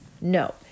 No